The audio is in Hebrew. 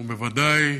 הוא בוודאי,